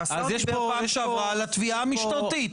כי השר דיבר פעם שעברה על התביעה המשטרתית,